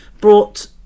brought